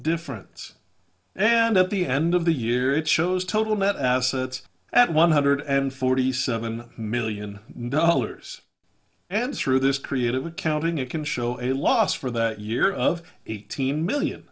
difference and at the end of the year it shows total net assets at one hundred and forty seven million dollars and through this creative accounting it can show a loss for that year of eighteen million